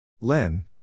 Len